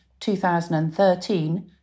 2013